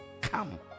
Come